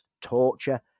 torture